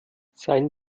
seien